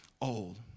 old